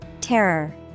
Terror